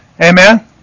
Amen